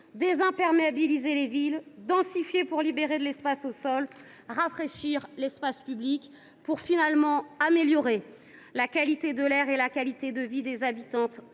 désimperméabiliser les villes, densifier pour libérer de l’espace au sol, rafraîchir l’espace public pour, finalement, améliorer la qualité de l’air et la qualité de vie des habitantes